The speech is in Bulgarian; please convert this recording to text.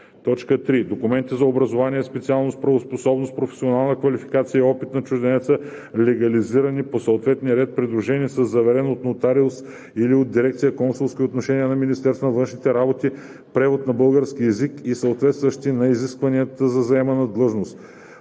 3. документи за образование, специалност, правоспособност, професионална квалификация и опит на чужденеца, легализирани по съответния ред, придружени със заверен от нотариус или от дирекция „Консулски отношения“ на Министерството на външните работи превод на български език и съответстващи на изискванията за заемане на длъжността,